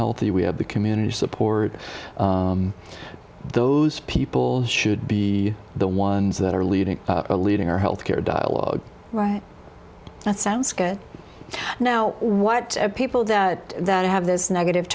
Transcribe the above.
healthy we have the community support those people should be the ones that are leading leading our health care dialogue right that sounds good now what are people that that have this negative